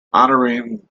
honouring